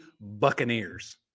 Buccaneers